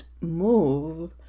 move